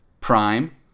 Prime